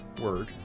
word